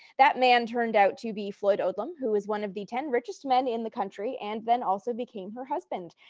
that man turned out to be floyd odlum, who was one of the ten richest men in the country and then also became her husband.